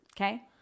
Okay